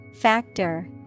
Factor